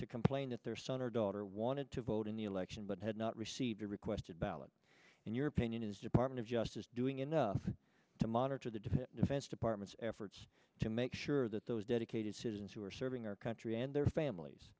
to complain that their son or daughter wanted to vote in the election but had not received a requested ballot and your opinion is department of justice doing enough to monitor the defense department's efforts to make sure that those dedicated citizens who are serving our country and their families